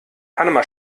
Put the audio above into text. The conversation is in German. panama